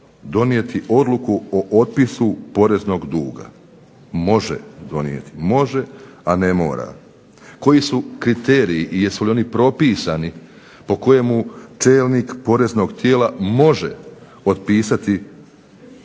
donijeti odluku o otpisu poreznog duga. Može donijeti. Može a ne mora. Koji su kriteriji, i jesu li oni propisani, po kojemu čelnik poreznog tijela može otpisati